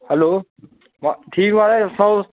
hello ब ठीक माराज तुस सनाओ